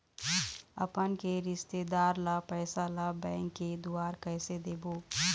अपन के रिश्तेदार ला पैसा ला बैंक के द्वारा कैसे देबो?